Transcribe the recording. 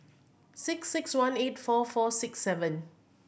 six six one eight four four six seven